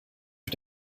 für